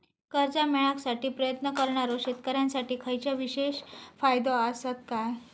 कर्जा मेळाकसाठी प्रयत्न करणारो शेतकऱ्यांसाठी खयच्या विशेष फायदो असात काय?